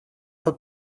für